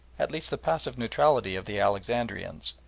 at least the passive neutrality of the alexandrians,